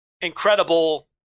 Incredible